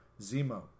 Zemo